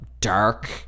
dark